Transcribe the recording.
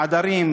עדרים,